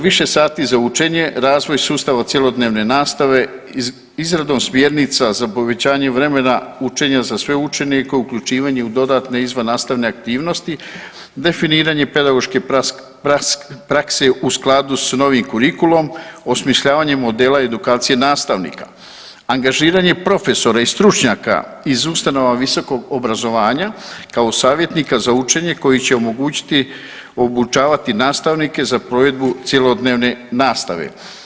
Više sati za učenje, razvoj sustava cjelodnevne nastave izradom smjernica za povećanje vremena učenja za sve učenike, uključivanje u dodatne izvan nastavne aktivnosti, definiranje pedagoške prakse u skladu sa novim kurikulom, osmišljavanje modela edukacije nastavnika, angažiranje profesora i stručnjaka iz ustanova visokog obrazovanja kao savjetnika za učenje koji će omogućiti obučavati nastavnike za provedbu cjelodnevne nastave.